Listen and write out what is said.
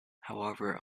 however